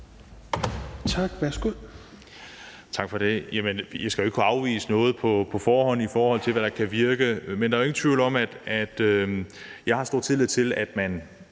Roug (S): Tak for det. Jeg skal ikke kunne afvise noget på forhånd, i forhold til hvad der kan virke, men der er ingen tvivl om, at jeg har stor tillid til, at man